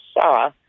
saw